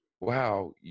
wow